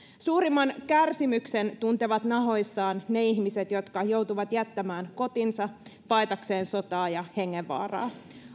suurimman kärsimyksen tuntevat nahoissaan ne ihmiset jotka joutuvat jättämään kotinsa paetakseen sotaa ja hengenvaaraa